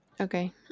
Okay